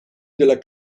della